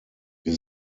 wir